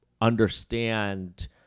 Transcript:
understand